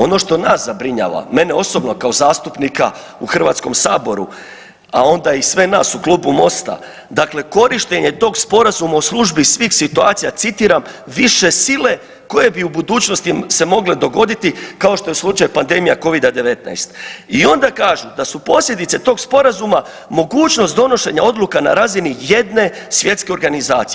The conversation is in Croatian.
Ono što nas zabrinjava, mene osobno kao zastupnika u HS-u, a onda i sve nas u Klubu Mosta, dakle korištenje tog sporazuma u službi svih situacija, citiram, više sile koje bi u budućnosti se mogle dogoditi, kao što je slučaj pandemija Covida-19 i onda kažu da su posljedice tog sporazuma mogućnost donošenja odluka na razini jedne svjetske organizacije.